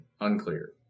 Unclear